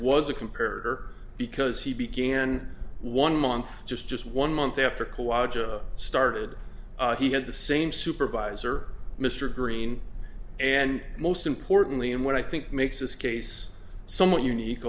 was a compare because he began one month just just one month after khwaja started he had the same supervisor mr green and most importantly and what i think makes this case somewhat unique